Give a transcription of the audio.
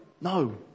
no